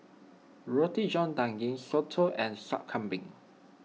Roti John Daging Soto and Sup Kambing